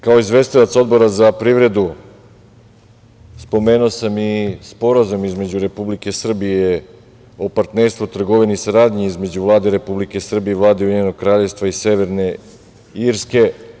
Kao izvestilac Odbora za privredu, spomenuo sam i Sporazum između Republike Srbije o partnerstvu, trgovini i saradnji između Vlade Republike Srbije i Vlade Ujedinjenog Kraljevstva i Severne Irske.